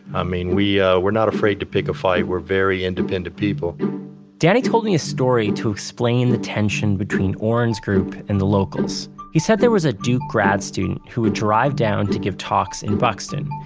i mean, we, ah we're not afraid to pick a fight. we're very independent people danny told me a story to explain the tension between orrin's group and the locals. he said there was a duke grad student who would drive to give talks in buxton.